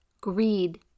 greed